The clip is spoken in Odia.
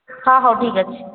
ହଁ ହଉ ଠିକ୍ ଅଛି